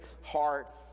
heart